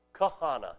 kahana